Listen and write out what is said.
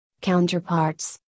counterparts